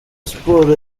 sports